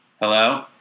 Hello